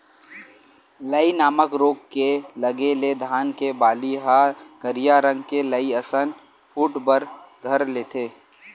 लाई नामक रोग के लगे ले धान के बाली ह करिया रंग के लाई असन फूट बर धर लेथे